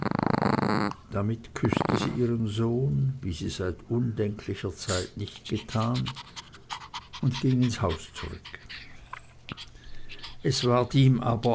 damit küßte sie ihren sohn wie sie seit undenklicher zeit nicht getan und ging ins haus zurück es ward ihm aber